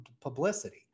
publicity